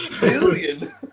billion